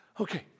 Okay